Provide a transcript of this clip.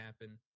happen